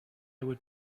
would